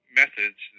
methods